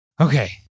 okay